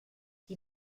die